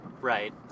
Right